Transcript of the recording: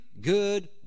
good